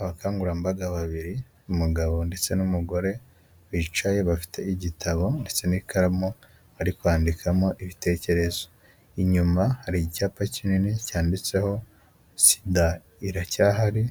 Abakangurambaga babiri n'umugabo ndetse n'umugore, bicaye bafite igitabo ndetse n'ikaramu bari kwandikamo ibitekerezo, inyuma hari icyapa kinini cyanditseho sida iracyahari